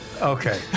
okay